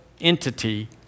entity